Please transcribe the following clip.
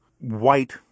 white